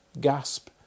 gasp